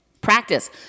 Practice